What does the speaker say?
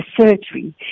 surgery